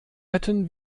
hätten